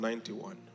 Ninety-one